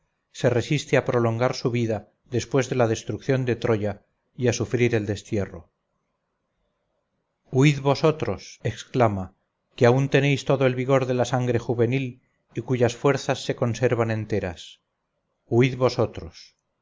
se resiste a prolongar su vida después de la destrucción de troya y a sufrir el destierro huíd vosotros exclama que aun tenéis todo el vigor de la sangre juvenil y cuyas fuerzas se conservan enteras huíd vosotros